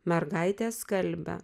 mergaitė skalbia